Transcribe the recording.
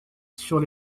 sur